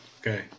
Okay